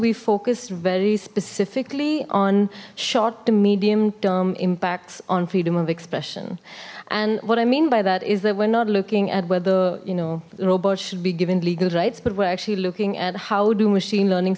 we focused very specifically on short medium term impacts on freedom of expression and what i mean by that is that we're not looking at whether you know robots should be given legal rights but we're actually looking at how do machine learning